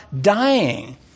dying